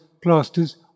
Plasters